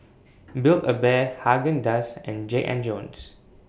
Build A Bear Haagen Dazs and Jack and Jones